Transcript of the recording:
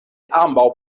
ambaŭ